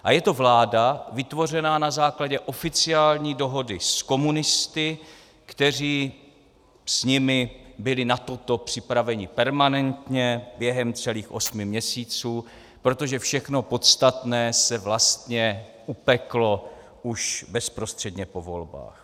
A je to vláda vytvořená na základě oficiální dohody s komunisty, kteří s nimi byli na toto připraveni permanentně během celých osmi měsíců, protože všechno podstatné se vlastně upeklo už bezprostředně po volbách.